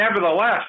nevertheless